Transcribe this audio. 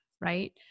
Right